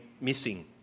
missing